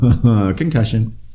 Concussion